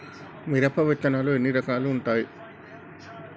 మిరప విత్తనాలు ఎన్ని రకాలు ఉంటాయి?